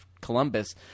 Columbus